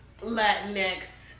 Latinx